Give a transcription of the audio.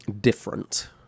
different